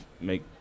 make